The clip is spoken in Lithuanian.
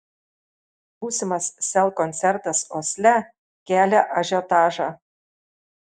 būsimas sel koncertas osle kelia ažiotažą